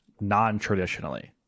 non-traditionally